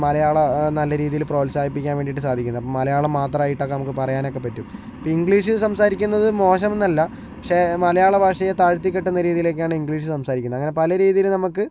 മലയാളം നല്ല രീതിയിൽ പ്രോത്സാഹിപ്പിക്കാൻ വേണ്ടിയിട്ട് സാധിക്കും മലയാളം മാത്രമായിട്ടൊക്കെ നമുക്ക് പറയാനോക്കെ പറ്റും ഇപ്പം ഇംഗ്ലീഷ് സംസാരിക്കുന്നത് മോശം എന്നല്ല പക്ഷെ മലയാള ഭാഷയെ താഴ്ത്തി കെട്ടുന്ന രീതിയിലൊക്കെയാണ് ഇംഗ്ലീഷ് സംസാരിക്കുന്നത് അങ്ങനെ പല രീതിയിൽ നമുക്ക്